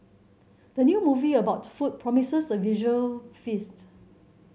the new movie about food promises a visual feast